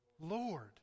Lord